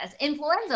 influenza